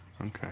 Okay